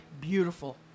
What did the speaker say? Beautiful